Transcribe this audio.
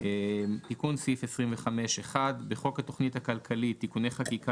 תיקון סעיף 25 בחוק התכנית הכלכלית (תיקוני חקיקה